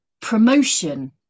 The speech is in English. promotion